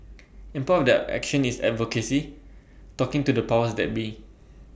and part of that action is advocacy talking to the powers that be